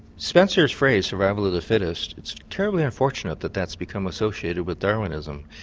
spencer's phrase survival of the fittest, it's terribly unfortunate that that's become associated with darwinism,